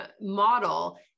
model